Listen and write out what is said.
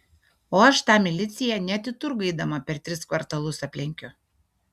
o aš tą miliciją net į turgų eidama per tris kvartalus aplenkiu